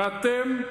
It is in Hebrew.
ואתם,